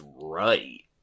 right